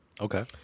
Okay